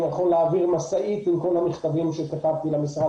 אני יכול להעביר משאית עם כל המכתבים שכתבתי למשרד